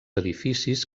edificis